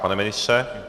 Pane ministře?